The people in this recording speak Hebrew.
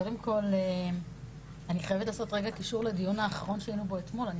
קודם כל אני חייבת לעשות רגע קישור לדיון האחרון שהיינו בו אתמול.